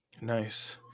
Nice